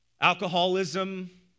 alcoholism